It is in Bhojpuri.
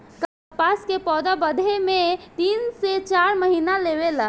कपास के पौधा बढ़े में तीन से चार महीना लेवे ला